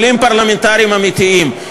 כלים פרלמנטריים אמיתיים.